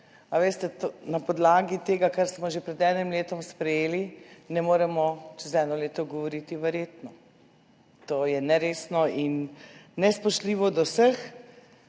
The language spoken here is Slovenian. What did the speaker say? verjetno, na podlagi tega, kar smo že pred enim letom sprejeli, ne moremo čez eno leto govoriti besede verjetno. To je neresno in nespoštljivo do vseh,